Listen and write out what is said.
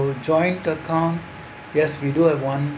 would joint account yes we do have one